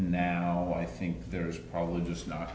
now i think there is probably just not